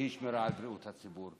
שהיא שמירה על בריאות הציבור.